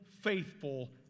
faithful